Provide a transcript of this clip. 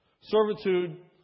Servitude